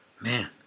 Man